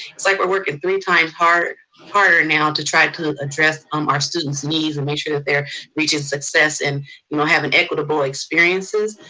it's like we're working three times harder now to try to address um our students' needs and make sure that they're reaching success, and you know having equitable experiences.